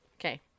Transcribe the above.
Okay